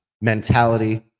mentality